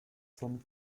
von